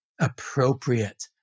appropriate